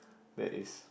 that is